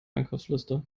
einkaufsliste